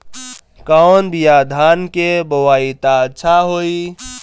कौन बिया धान के बोआई त अच्छा होई?